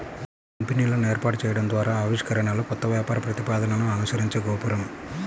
కంపెనీలను ఏర్పాటు చేయడం ద్వారా ఆవిష్కరణలు, కొత్త వ్యాపార ప్రతిపాదనలను అనుసరించే గోపురం